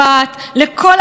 אני רוצה להזכיר לכם,